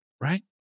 Right